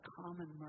common